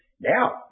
Now